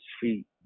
feet